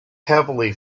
heavily